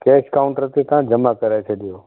cash counter ते तव्हां जमा कराइ छॾियो